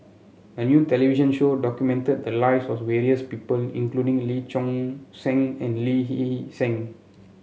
a new television show documented the lives of various people including Lee Choon Seng and Lee Hee Seng